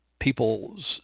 people's